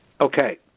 Okay